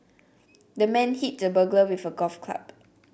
the man hit the burglar with a golf club